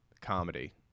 comedy